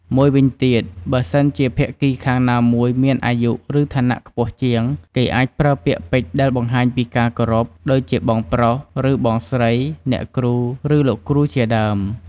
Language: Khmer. មួយវិញទៀត បើសិនជាភាគីខាងណាមួយមានអាយុ ឬឋានៈខ្ពស់ជាង គេអាចប្រើពាក្យពេចន៍ ដែលបង្ហាញពីការគោរព ដូចបងប្រុស ឬ បងស្រី អ្នកគ្រូ ឬ លោកគ្រូជាដើម។